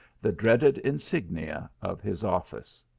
the dread ed insignia of his office.